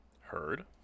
heard